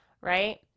right